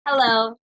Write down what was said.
Hello